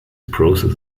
process